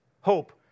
Hope